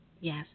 Yes